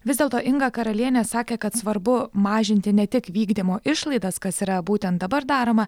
vis dėlto inga karalienė sakė kad svarbu mažinti ne tik vykdymo išlaidas kas yra būtent dabar daroma